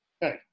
hey